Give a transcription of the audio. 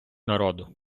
народу